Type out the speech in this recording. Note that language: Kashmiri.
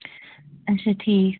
اچھا ٹھیٖک